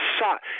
shot